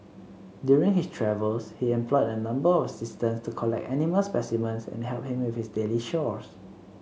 during his travels he employed a number of assistants to collect animal specimens and help him with his daily chores